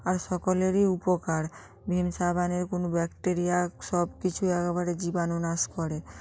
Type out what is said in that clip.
আর সকলেরই উপকার ভিম সাবানের কোনো ব্যাকটেরিয়া সব কিছু এগবারে জীবাণু নাশ করে